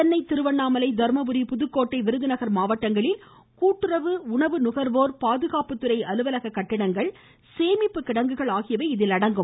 சென்னை திருவண்ணாமலை தர்மபுரி புதுக்கோட்டை விருதநகர் மாவட்டங்களில் கூட்டுறவு உணவு நகர்வோர் பாதுகாப்புத்துறை அலுவலக கட்டிடங்கள் சேமிப்பு கிடங்குகள் ஆகியவை இதில் அடங்கும்